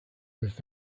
with